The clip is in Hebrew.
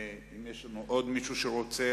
ואם יש עוד מי שרוצה,